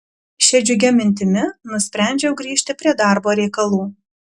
šia džiugia mintimi nusprendžiau grįžti prie darbo reikalų